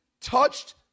touched